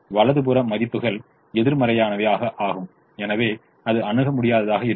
வலது புற மதிப்புகள் எதிர்மறையானவை ஆகும் எனவே இது அணுக முடியாததாக இருக்கிறது